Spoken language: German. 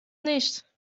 nicht